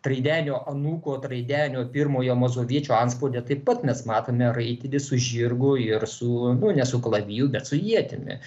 traidenio anūko traidenio pirmojo mazoviečio antspaude taip pat mes matome raitelį su žirgu ir su nu ne su kalaviju bet su ietimi